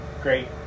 great